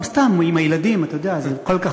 גם סתם, עם הילדים, אתה יודע, זה כל כך,